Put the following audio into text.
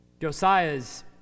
Josiah's